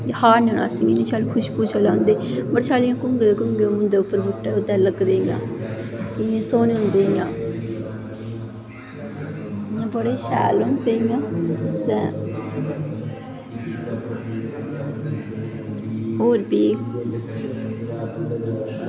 खान्ने अस ते इन्नी सैल खुशबू चलादी होंदी बड़े शैल इ'यां कुंगे दे कुंगे होंदे ओह्दे पर लग्गे दे होंदे इन्ने सोह्ने होंदे इ'यां बड़े शैल होंदे इ'यां होर बी